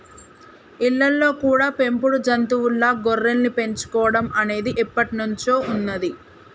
ఇళ్ళల్లో కూడా పెంపుడు జంతువుల్లా గొర్రెల్ని పెంచుకోడం అనేది ఎప్పట్నుంచో ఉన్నది